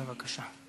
בבקשה.